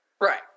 Right